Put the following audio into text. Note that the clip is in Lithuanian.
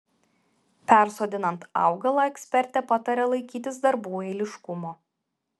persodinant augalą ekspertė pataria laikytis darbų eiliškumo